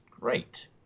Great